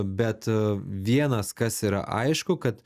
bet vienas kas yra aišku kad